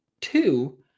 Two